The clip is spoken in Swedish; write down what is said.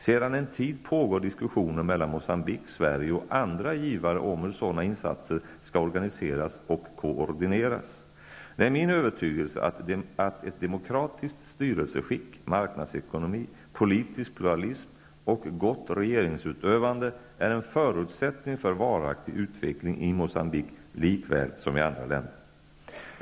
Sedan en tid pågår diskussioner mellan Moçambique, Sverige och andra givare om hur sådana insatser skall organiseras och koordineras. Det är min övertygelse att ett demokratiskt styrelseskick, marknadsekonomi, politisk pluralism och gott regeringsutövande är en förutsättning för varaktig utveckling i Moçambique likväl som i andra länder.